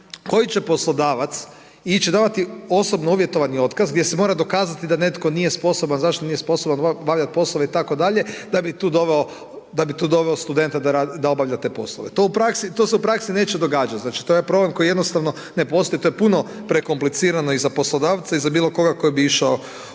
koji će poslodavac ići davati osobno uvjetovani otkaz gdje se mora dokazati da netko nije sposoban, zašto nije sposoban obavljati poslove itd. da bi tu doveo studenta da obavlja te poslove. To u praksi, to se u praksi neće događati. Znači to je problem koji jednostavno ne postoji. To je puno prekomplicirano i za poslodavce i za bilo koga koji bi išao u takvu